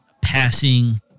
passing